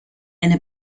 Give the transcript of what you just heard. eine